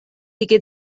دیگر